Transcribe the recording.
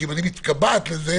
כי אם אני מתקבעת על זה,